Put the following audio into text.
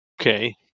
Okay